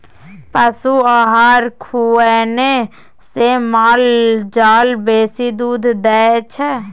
पशु आहार खुएने से माल जाल बेसी दूध दै छै